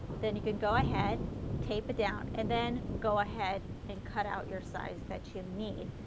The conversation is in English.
then you can go ahead tape it down and then go ahead and cut out your size that you need.